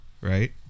right